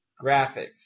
Graphics